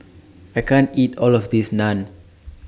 I can't eat All of This Naan